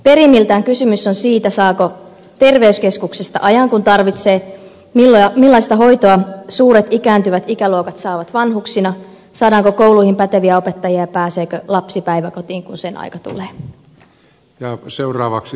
perimmiltään kysymys on siitä saako terveyskeskuksesta ajan kun tarvitsee millaista hoitoa suuret ikääntyvät ikäluokat saavat vanhuksina saadaanko kouluihin päteviä opettajia ja pääseekö lapsi päiväkotiin kun sen aika tulee